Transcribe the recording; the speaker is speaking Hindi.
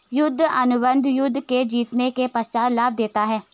युद्ध अनुबंध युद्ध के जीतने के पश्चात लाभ देते हैं